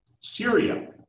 Syria